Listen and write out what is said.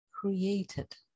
created